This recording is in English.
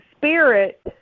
Spirit